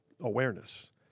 awareness